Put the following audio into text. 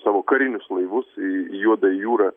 savo karinius laivus į juodąją jūrą